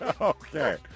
Okay